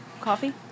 coffee